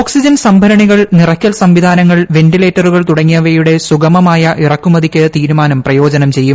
oxygen സംഭരണികൾ നിറയ്ക്കൽ സംവിധാനങ്ങൾ വെന്റിലേറ്ററുകൾ തുടങ്ങിയവയുടെ സുഗമമായ ഇറക്കുമതിക്ക് തീരുമാനം പ്രയോജനം ചെയ്യും